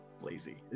lazy